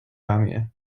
ramię